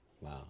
Wow